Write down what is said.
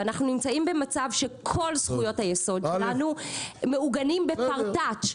ואנחנו נמצאים במצב שכל זכויות היסוד שלנו מעוגנים בפרטאץ'.